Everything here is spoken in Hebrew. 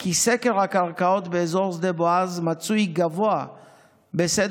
כי סקר הקרקעות באזור שדה בועז מצוי גבוה בסדר